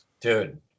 dude